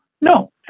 No